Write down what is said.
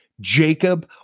Jacob